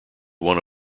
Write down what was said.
one